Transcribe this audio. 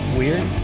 weird